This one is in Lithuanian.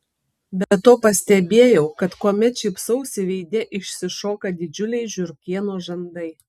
be to pastebėjau kad kuomet šypsausi veide išsišoka didžiuliai žiurkėno žandai